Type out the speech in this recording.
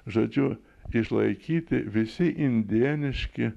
žodžiu išlaikyti visi indėniški